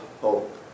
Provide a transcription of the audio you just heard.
hope